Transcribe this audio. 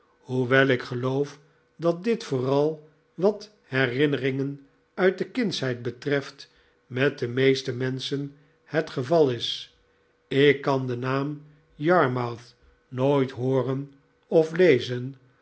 hoewel ik geloof dat dit vooral wat herinneringen uit de kindsheid betreft met de meeste menschen het geval is ik kan den naam yarmouth nooit hooren of lezen